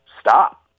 stop